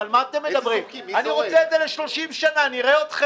על קרקע ממשלתית עשינו את המקסימום